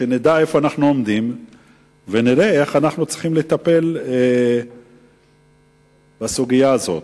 כדי שנדע איפה אנחנו עומדים ונראה איך אנחנו צריכים לטפל בסוגיה הזאת.